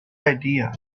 idea